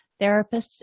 therapists